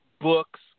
books